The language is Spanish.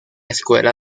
escuela